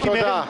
תודה.